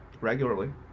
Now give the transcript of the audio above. regularly